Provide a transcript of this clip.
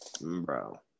Bro